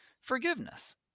forgiveness